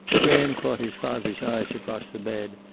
graham caught his father's eyes across the bed,